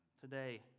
today